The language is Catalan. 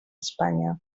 espanya